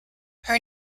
her